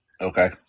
Okay